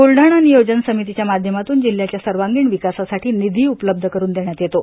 बुलडाणा जिल्हा नियोजन समितीच्या माध्यमातून जिल्ह्याच्या सर्वांगिण विकासासाठी निधी उपलब्ध करून देण्यात येतो